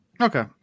Okay